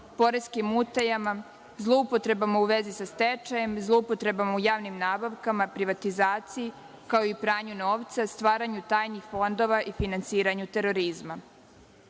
poreskim utajama, zloupotrebama u vezi sa stečajem, zloupotrebama u javnim nabavkama, privatizaciji, kao i pranje novca, stvaranje tajnih fondova i finansiranje terorizma. Reč